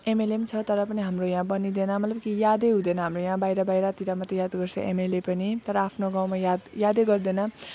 MLA छ तर पनि हाम्रो यहाँ बनिँदैन मतलब कि याद हुँदैन हाम्रो यहाँ बाहिर बाहिरतिर मात्र याद गर्छ एमएलए पनि तर आफ्नो गाउँमा याद याद गर्दैन